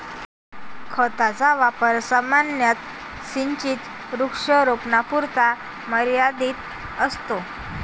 खताचा वापर सामान्यतः सिंचित वृक्षारोपणापुरता मर्यादित असतो